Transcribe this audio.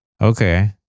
Okay